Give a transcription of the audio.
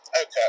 Okay